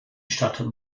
stadt